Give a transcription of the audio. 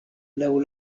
laŭ